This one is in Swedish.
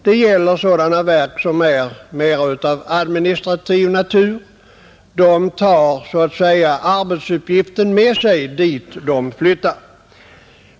Det gäller sådana verk som är mera av administrativ natur. De tar så att säga arbetsuppgiften med sig dit de flyttar.